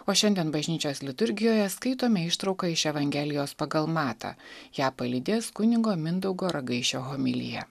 o šiandien bažnyčios liturgijoje skaitome ištrauką iš evangelijos pagal matą ją palydės kunigo mindaugo ragaišio homilija